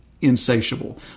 insatiable